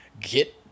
get